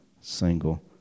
single